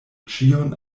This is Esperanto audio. ĉion